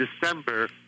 December